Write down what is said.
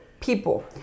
people